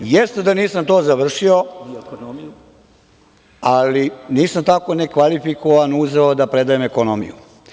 Jeste da nisam to završio, ali nisam tako nekvalifikovan uzeo da predajem ekonomiju.